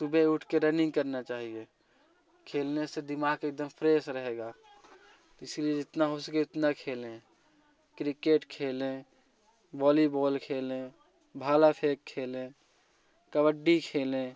सुबह उठके रनिंग करना चाहिए खेलने से दिमाग एकदम फ्रेस रहेगा इसलिए जितना हो सके इतना खेलें क्रिकेट खेले वॉलीबॉल खेलें भाला फेंक खेले कबड्डी खेलें